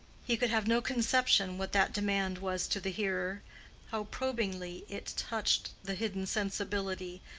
he could have no conception what that demand was to the hearer how probingly it touched the hidden sensibility,